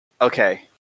Okay